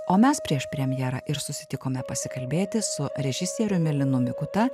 o mes prieš premjerą ir susitikome pasikalbėti su režisieriumi linu mikuta